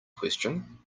question